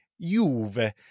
Juve